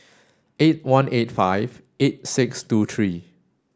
eight one eight five eight six two three